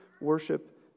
worship